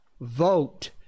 Vote